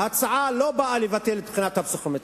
ההצעה לא באה לבטל את הבחינה הפסיכומטרית,